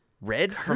Red